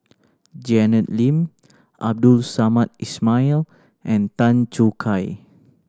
Janet Lim Abdul Samad Ismail and Tan Choo Kai